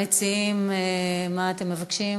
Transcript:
המציעים, מה אתם מבקשים?